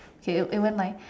okay it went like